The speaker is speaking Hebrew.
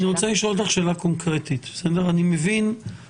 אני רוצה לשאול אותך שאלה קונקרטית: עוד פעם,